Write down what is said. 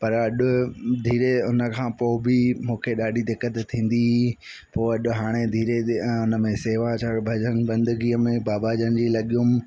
पर अॼु धीरे उन खां पोइ बि मूंखे ॾाढी दिक़त थींदी हुई पोइ अॼु हाणे धीरे धीरे हुन में शेवा जो बंदगी में बाबा जन जी लॻियुमि